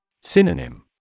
Synonym